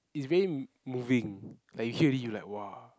is very moving like you hear already you like !wah!